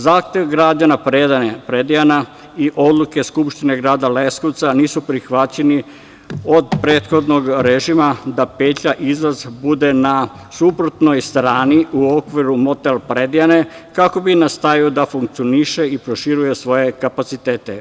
Zahtev građana Predejana i odluke Skupštine grada Leskovca nisu prihvaćeni od prethodnog režima da petlja izlaz bude na suprotnoj strani u okviru motel Predejane, kako bi nastavio da funkcioniše i proširuje svoje kapacitete.